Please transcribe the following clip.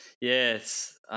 Yes